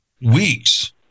weeks